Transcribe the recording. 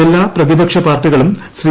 എല്ലാ പ്രതിപക്ഷ പാർട്ടികളും ശ്രീ